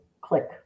click